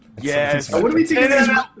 yes